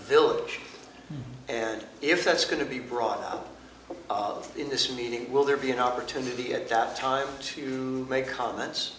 village and if that's going to be brought up in this meeting will there be an opportunity at that time to make comments